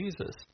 Jesus